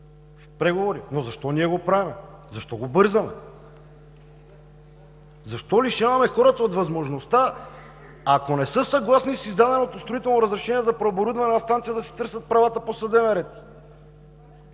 в преговори, но защо ние го правим?! Защо го бързаме? Защо лишаваме хората от възможността, ако не са съгласни с издаденото строително разрешение за преоборудване на станция, да си търсят правата по съдебен ред?